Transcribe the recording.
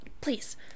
Please